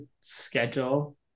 schedule